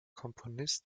komponist